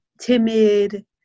Timid